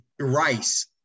rice